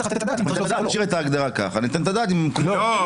לתת את הדעת אם צריך להוסיף או לא.